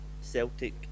Celtic